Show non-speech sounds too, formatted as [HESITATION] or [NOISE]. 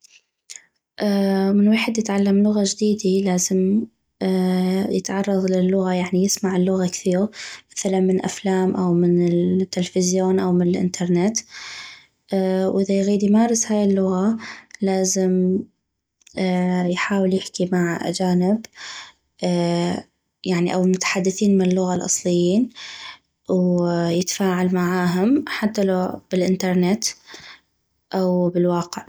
[HESITATION] من ويحد يتعلم لغة جديدي لازم يتعرض للغة يعني يسمع اللغة كثيغ مثلا من افلام او من التلفزيون او من الانترنت [HESITATION] اذا يغيد يمارس هاي اللغة لازم يحاول يحكي مع اجانب يعني او متحدثين من اللغة الاصليين ويتفاعل معاهم حتى لو بالانترنت او بالواقع